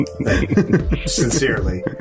Sincerely